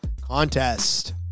contest